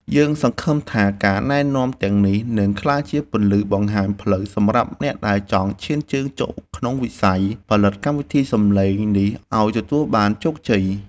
យើងសង្ឃឹមថាការណែនាំទាំងនេះនឹងក្លាយជាពន្លឺបង្ហាញផ្លូវសម្រាប់អ្នកដែលចង់ឈានជើងចូលក្នុងវិស័យផលិតកម្មវិធីសំឡេងនេះឱ្យទទួលបានជោគជ័យ។